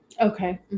Okay